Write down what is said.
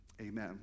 Amen